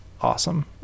awesome